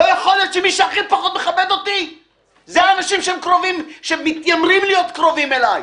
לא יכול להיות מי שפחות מכבד הם האנשים שמתיימרים להיות קרובים אליי.